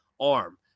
arm